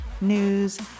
news